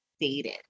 dated